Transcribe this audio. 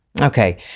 Okay